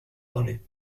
parler